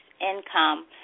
income –